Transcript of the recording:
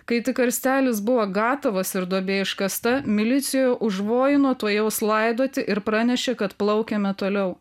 kai tik karstelis buvo gatavas ir duobė iškasta milicija užvojino tuojau laidoti ir pranešė kad plaukiame toliau